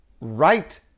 right